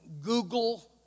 Google